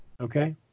Okay